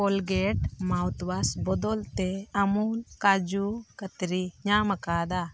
Colgate mouthwash ᱵᱚᱫᱚᱞ ᱛᱮ ᱟᱢᱩᱞ ᱠᱟᱡᱩ ᱠᱟᱛᱨᱤ ᱧᱟᱢ ᱟᱠᱟᱫᱟ